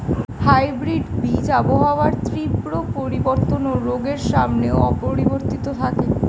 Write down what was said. hybrid বীজ আবহাওয়ার তীব্র পরিবর্তন ও রোগের সামনেও অপরিবর্তিত থাকে